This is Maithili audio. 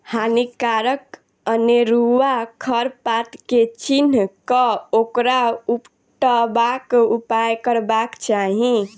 हानिकारक अनेरुआ खर पात के चीन्ह क ओकरा उपटयबाक उपाय करबाक चाही